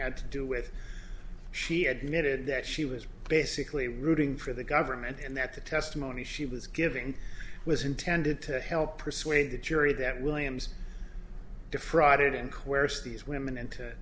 had to do with she admitted that she was basically rooting for the government and that the testimony she was giving was intended to help persuade the jury that williams